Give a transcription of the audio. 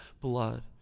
blood